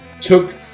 took